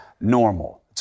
normal